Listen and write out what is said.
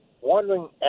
wondering